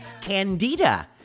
Candida